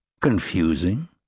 Confusing